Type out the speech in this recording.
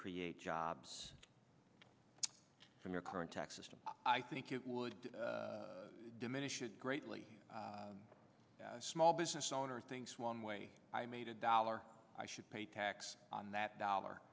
create jobs from your current tax system i think it would diminish greatly a small business owner thinks one way i made a dollar i should pay tax on that dollar